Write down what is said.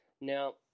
Now